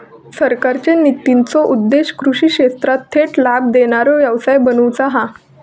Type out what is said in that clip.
सरकारचे नितींचो उद्देश्य कृषि क्षेत्राक थेट लाभ देणारो व्यवसाय बनवुचा हा